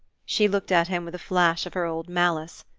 she looked at him with a flash of her old malice.